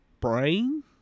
brain